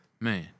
Man